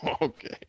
okay